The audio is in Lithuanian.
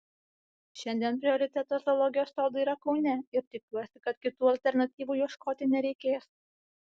šiandien prioritetas zoologijos sodui yra kaune ir tikiuosi kad kitų alternatyvų ieškoti nereikės